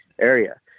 area